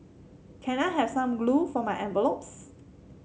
can I have some glue for my envelopes